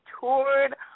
toured